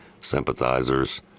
sympathizers